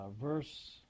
verse